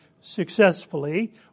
successfully